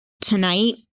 tonight